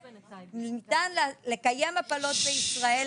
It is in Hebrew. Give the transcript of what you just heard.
ניתן לקיים היום הפלות בישראל,